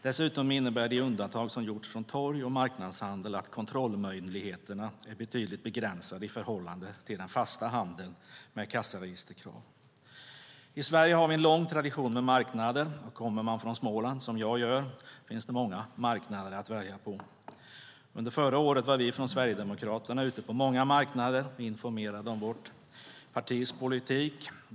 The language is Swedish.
Dessutom innebär de undantag som har gjorts för torg och marknadshandel att kontrollmöjligheterna är betydligt begränsade i förhållande till den fasta handeln med krav på kassaregister. I Sverige har vi en lång tradition med marknader, och kommer man från Småland som jag gör finns det många marknader att välja på. Under förra året var vi från Sverigedemokraterna ute på många marknader och informerade om vårt partis politik.